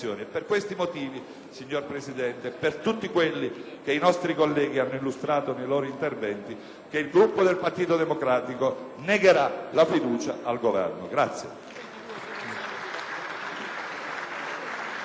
signor Presidente, e per tutti quelli che i nostri colleghi hanno illustrato nei loro interventi, che il Gruppo del Partito Democratico negherà la fiducia al Governo.